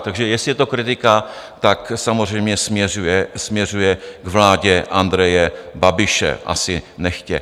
Takže jestli je to kritika, tak samozřejmě směřuje k vládě Andreje Babiše, asi nechtě.